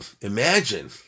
imagine